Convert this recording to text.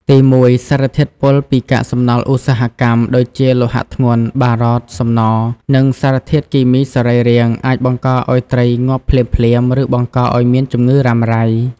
ទីមួយ សារធាតុពុលពីកាកសំណល់ឧស្សាហកម្មដូចជាលោហៈធ្ងន់ (បារត សំណ) និងសារធាតុគីមីសរីរាង្គ អាចបង្កឱ្យត្រីងាប់ភ្លាមៗ ឬបង្កឱ្យមានជំងឺរ៉ាំរ៉ៃ។